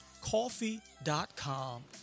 coffee.com